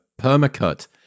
permacut